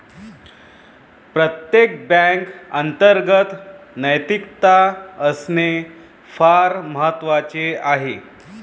प्रत्येक बँकेत अंतर्गत नैतिकता असणे फार महत्वाचे आहे